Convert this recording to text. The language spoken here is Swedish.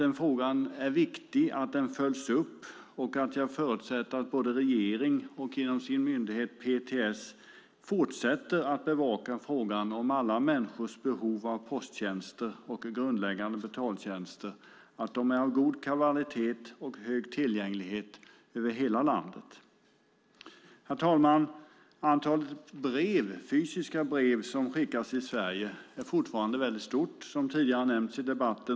Det är viktigt att den följs upp, och jag förutsätter att regeringen genom sin myndighet PTS fortsätter att bevaka frågan om alla människors behov av posttjänster och grundläggande betaltjänster. De ska vara av god kvalitet och ha hög tillgänglighet i hela landet. Herr talman! Antalet fysiska brev som skickas i Sverige är fortfarande väldigt stort, som tidigare nämnts i debatten.